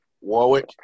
Warwick